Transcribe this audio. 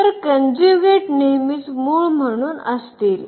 तर कन्ज्युगेट नेहमीच मूळ म्हणून असतील